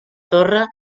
torre